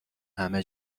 همه